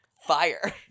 fire